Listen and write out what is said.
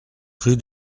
rue